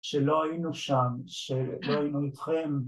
שלא היינו שם, שלא היינו איתכם